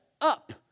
up